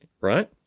right